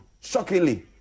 shockingly